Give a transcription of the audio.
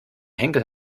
henkel